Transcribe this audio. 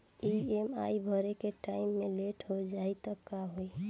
EMI भरे के time मे लेट हो जायी त का होई?